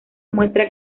muestra